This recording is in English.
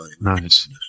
Nice